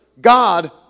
god